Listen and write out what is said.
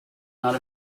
not